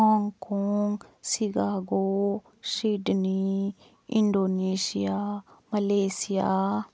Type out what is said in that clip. Hong Kong Chicago Sydney Indonesia Malaysia